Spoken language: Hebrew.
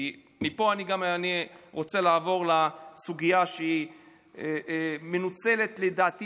כי מפה אני גם רוצה לעבור לסוגיה שמנוצלת לדעתי